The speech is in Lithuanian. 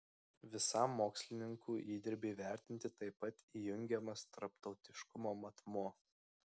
visam mokslininkų įdirbiui vertinti taip pat įjungiamas tarptautiškumo matmuo